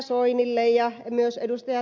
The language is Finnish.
soinille ja myös ed